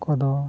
ᱠᱚᱫᱚ